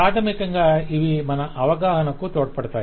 ప్రాథమికంగా ఇవి మన అవగాహనకు తోడ్పడతాయి